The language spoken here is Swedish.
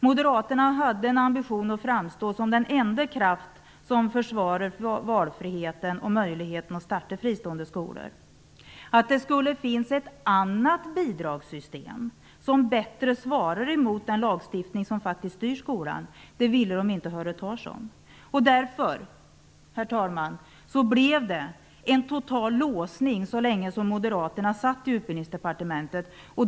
Moderaterna hade en ambition att framstå som den enda kraft som försvarade valfriheten och möjligheterna att starta fristående skolor. Att det skulle kunna finnas ett annat bidragssystem som bättre svarar mot den lagstiftning som styr skolan ville de inte höra talas om. Därför, herr talman, blev det en total låsning så länge moderaterna satt i Utbildningsdepartementet.